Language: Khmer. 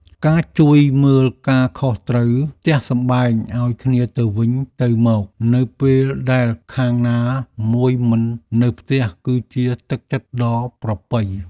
ការជួយមើលការខុសត្រូវផ្ទះសម្បែងឱ្យគ្នាទៅវិញទៅមកនៅពេលដែលខាងណាមួយមិននៅផ្ទះគឺជាទឹកចិត្តដ៏ប្រពៃ។